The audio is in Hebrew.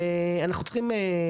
ואנחנו צריכים,